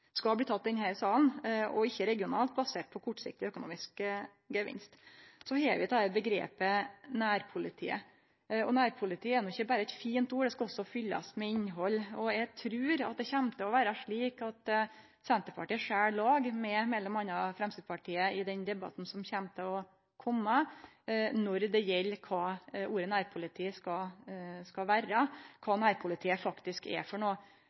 skal bli teke i denne salen – ikkje regionalt, basert på kortsiktig, økonomisk gevinst. Så har vi omgrepet «nærpolitiet». «Nærpolitiet» er ikkje berre eit fint ord, det skal også fyllast med innhald. Eg trur det kjem til å vere slik at Senterpartiet skil lag med m.a. Framstegspartiet i den debatten som vil kome når det gjeld kva ordet «nærpoliti» skal vere, kva «nærpoliti» er for noko.